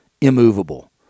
immovable